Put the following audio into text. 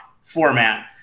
format